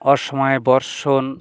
অসময়ে বর্ষণ